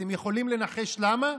אתם יכולים לנחש למה?